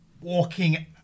walking